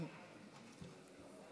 גברתי